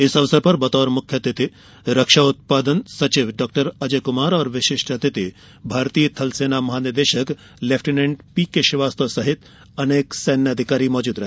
इस अवसर पर बतौर मुख्य अतिथि रक्षा उत्पादन सचिव डॉ अजय कुमार और विशिष्ट अतिथि भारतीय थल सेना महानिदेशक लेफ्टिनेंट पीके श्रीवास्तव सहित अनेक सैन्य अधिकारी मौजूद रहे